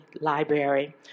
library